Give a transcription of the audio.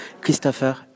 Christopher